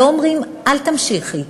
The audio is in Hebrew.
לא אומרים: אל תמשיכי.